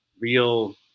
real